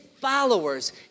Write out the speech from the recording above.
followers